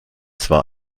zwar